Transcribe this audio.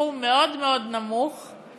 סכום נמוך מאוד מאוד,